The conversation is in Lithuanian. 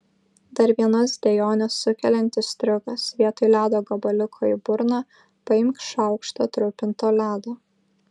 dar vienas dejones sukeliantis triukas vietoj ledo gabaliuko į burną paimk šaukštą trupinto ledo